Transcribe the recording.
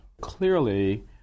Clearly